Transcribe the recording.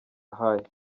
haye